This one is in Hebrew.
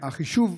החישוב,